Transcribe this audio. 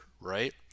right